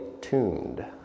tuned